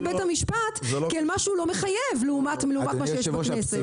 בית המשפט כאל משהו לא מחייב לעומת מה שיש בכנסת.